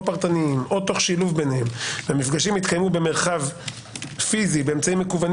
פרטניים או תוך שילוב ביניהם והמפגשים יתקיימו במרחב פיזי באמצעים מקוונים